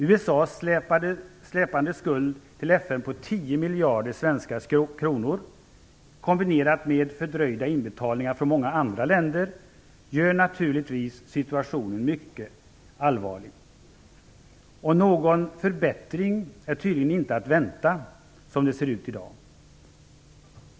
USA:s släpande skuld till FN på 10 miljarder svenska kronor kombinerat med fördröjda inbetalningar från många andra länder gör naturligtvis situationen mycket allvarlig. Någon förbättring är tydligen inte att vänta som det ser ut i dag.